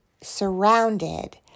surrounded